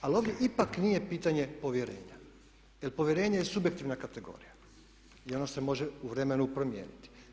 Ali ovdje ipak nije pitanje povjerenja, jer povjerenje je subjektivna kategorija i ona se može u vremenu promijeniti.